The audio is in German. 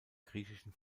griechischen